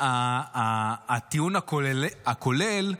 והטיעון הכולל,